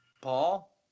Paul